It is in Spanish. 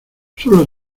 solo